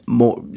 more